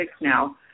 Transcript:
now